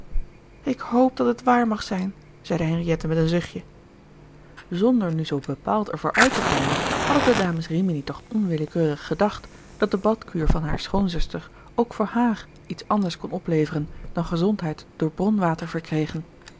ik hoop dat het waar mag zijn zeide henriette met een zuchtje zonder nu zoo bepaald er voor uit te komen hadden de dames rimini toch onwillekeurig gedacht dat de badkuur van hare schoonzuster ook voor haar iets anders kon opleveren dan gezondheid door bronwater verkregen